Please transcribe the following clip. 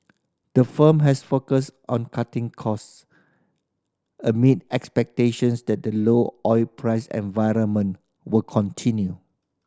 the firm has focused on cutting costs amid expectations that the low oil price environment will continue